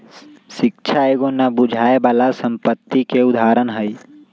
शिक्षा एगो न बुझाय बला संपत्ति के उदाहरण हई